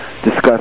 discuss